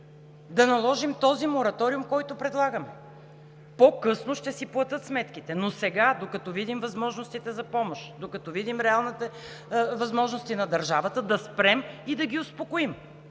да наложим този мораториум, който предлагаме? По-късно ще си платят сметките, но сега, докато видим възможностите за помощ, докато видим реалните възможности на държавата, да спрем и да ги успокоим,